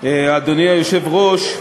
אדוני היושב-ראש,